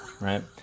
right